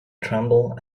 tremble